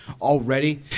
already